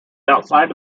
outside